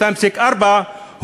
2.4 מיליארד,